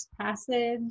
passage